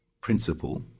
principle